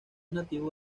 nativo